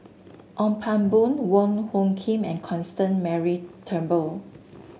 Ong Pang Boon Wong Hung Khim and Constance Mary Turnbull